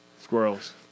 squirrels